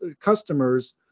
customers